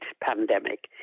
pandemic